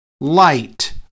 light